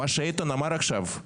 מה שאיתן אמר עכשיו,